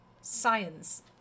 science